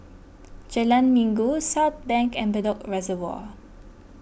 Jalan Minggu Southbank and Bedok Reservoir